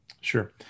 Sure